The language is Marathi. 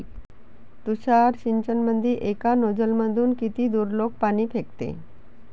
तुषार सिंचनमंदी एका नोजल मधून किती दुरलोक पाणी फेकते?